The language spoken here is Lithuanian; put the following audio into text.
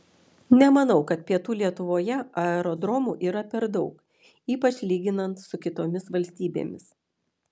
nemanau kad pietų lietuvoje aerodromų yra per daug ypač lyginant su kitomis valstybėmis